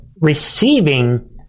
receiving